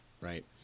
Right